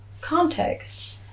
context